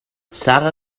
sara